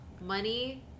money